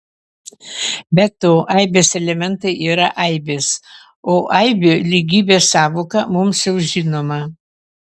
be to aibės elementai yra aibės o aibių lygybės sąvoka mums jau žinoma